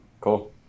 Cool